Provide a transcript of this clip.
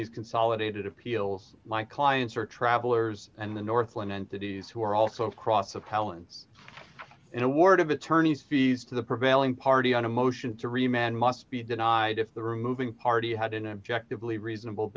these consolidated appeals my clients are travelers and the northwind entities who are also cross appellants an award of attorney's fees to the prevailing party on a motion to remain must be denied if the removing party had an objective leave reasonable